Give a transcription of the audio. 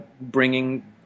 bringing